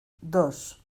dos